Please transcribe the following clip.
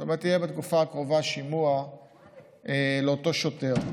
זאת אומרת, יהיה בתקופה הקרובה שימוע לאותו שוטר.